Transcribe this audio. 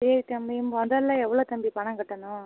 சரி தம்பி முதல்ல எவ்வளோ தம்பி பணம் கட்டணும்